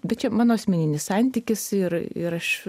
bet čia mano asmeninis santykis ir ir aš